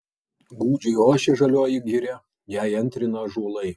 gūdžiai ošia žalioji giria jai antrina ąžuolai